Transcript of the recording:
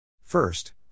First